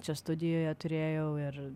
čia studijoje turėjau ir